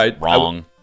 Wrong